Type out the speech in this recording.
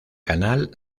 canal